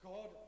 God